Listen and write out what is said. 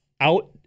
out